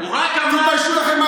הוא רק אמר, תתביישו לכם.